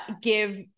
give